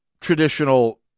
traditional